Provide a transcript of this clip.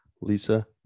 Lisa